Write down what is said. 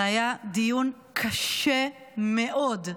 זה היה דיון קשה מאוד.